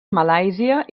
malàisia